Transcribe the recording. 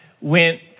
went